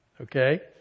Okay